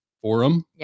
forum